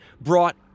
brought